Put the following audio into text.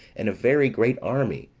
and a very great army,